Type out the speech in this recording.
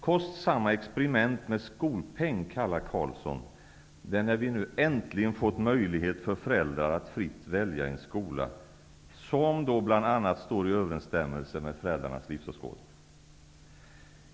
Kostsamma experiment med skolpeng, kallar Ingvar Carlsson det när vi nu äntligen fått möjlighet för föräldrar att fritt välja en skola som bl.a. står i överensstämmelse med föräldrarnas livsåskådning.